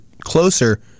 closer